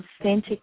authentic